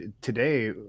today